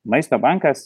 maisto bankas